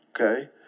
okay